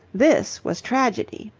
this was tragedy.